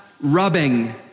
rubbing